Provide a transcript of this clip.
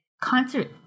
concert